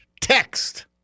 text